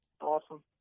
Awesome